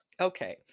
Okay